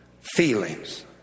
Feelings